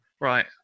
Right